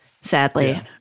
sadly